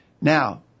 Now